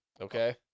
Okay